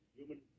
human